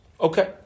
Okay